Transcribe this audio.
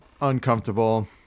uncomfortable